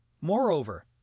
Moreover